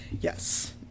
yes